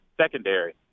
secondary –